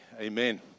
Amen